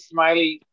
Smiley